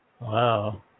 Wow